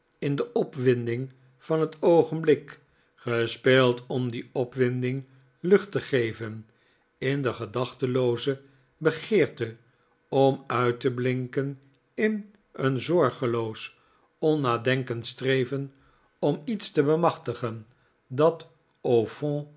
in de opwinding van het oogenblik gespeeld om die opwinding lucht te geven in de gedachtelooze begeerte om uit te blinken in een zorgeloos onnadenkend streven om iets te bemachtigen dat